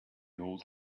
old